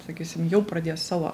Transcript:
sakysim jau pradės savo